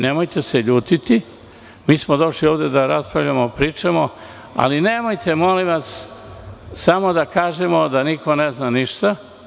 Nemojte se ljutiti, mi smo došli ovde da raspravljamo, pričamo, ali nemojte molim vas samo da kažemo da niko ne zna ništa.